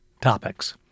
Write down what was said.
topics